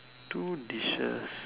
two dishes